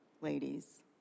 ladies